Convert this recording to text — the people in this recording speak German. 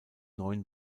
neuen